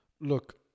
Look